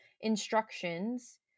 instructions